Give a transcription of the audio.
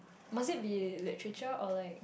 must it be literature or like